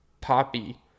poppy